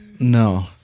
No